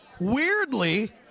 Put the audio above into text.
Weirdly